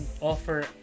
offer